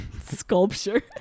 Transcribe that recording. sculpture